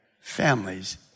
families